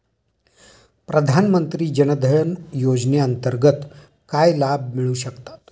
प्रधानमंत्री जनधन योजनेअंतर्गत काय लाभ मिळू शकतात?